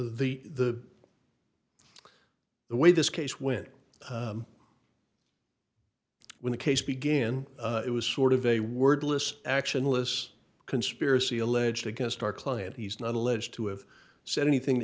the the the way this case went when the case began it was sort of a wordless actionless conspiracy alleged against our client he's not alleged to have said anything to